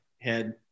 head